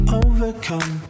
overcome